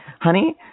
honey